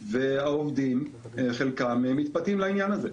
והעובדים, חלקם, מתפתים לעניין הזה.